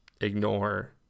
ignore